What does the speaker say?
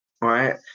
right